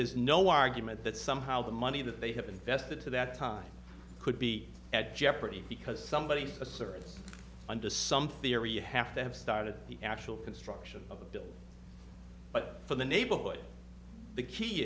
there's no argument that somehow the money that they have invested to that time could be at jeopardy because somebody asserts under some theory you have to have started the actual construction of them but for the neighborhood the key